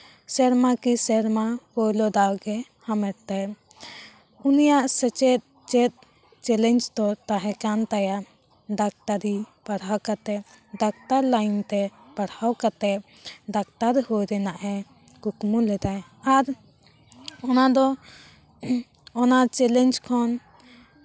ᱥᱮᱨᱢᱟ ᱠᱤ ᱥᱮᱨᱢᱟ ᱯᱳᱭᱞᱳ ᱫᱟᱣᱜᱮ ᱦᱟᱢᱮᱴ ᱛᱮ ᱩᱱᱤᱭᱟᱜ ᱥᱮᱪᱮᱫ ᱪᱮᱫ ᱪᱮᱞᱮᱧᱡᱽ ᱫᱚ ᱛᱟᱦᱮᱸ ᱠᱟᱱ ᱛᱟᱭᱟ ᱰᱟᱠᱛᱟᱨᱤ ᱯᱟᱲᱦᱟᱣ ᱠᱟᱛᱮᱜ ᱰᱟᱠᱛᱟᱨ ᱞᱟᱭᱤᱱ ᱛᱮ ᱯᱟᱲᱦᱟᱣ ᱠᱟᱛᱮᱜ ᱰᱟᱠᱛᱟᱨ ᱦᱩᱭ ᱨᱮᱱᱟᱜ ᱮ ᱠᱩᱠᱢᱩ ᱞᱮᱫᱟᱭ ᱟᱨ ᱚᱱᱟ ᱫᱚ ᱚᱱᱟ ᱪᱮᱞᱮᱧᱡᱽ ᱠᱷᱚᱱ